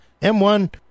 m1